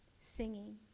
singing